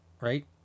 right